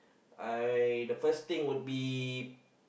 I the first thing would be